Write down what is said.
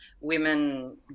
women